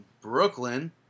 Brooklyn